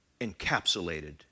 encapsulated